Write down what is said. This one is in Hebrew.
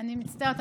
אני מצטערת,